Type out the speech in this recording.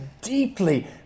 deeply